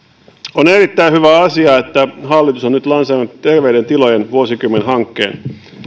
on erittäin hyvä asia että hallitus on nyt lanseerannut terveiden tilojen vuosikymmen hankkeen